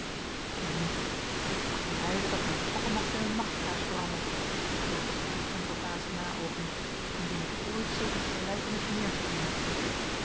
nu ik mag lijden dat mijn fokkemast in een nachtkaars verandert zeide pulver hem verbaasd naoogende indien ik ooit zulk een gelijkenis meer gezien heb